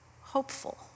hopeful